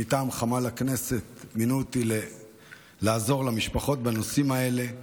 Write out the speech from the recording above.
מטעם חמ"ל הכנסת מינו אותי לעזור למשפחות בנושאים האלה.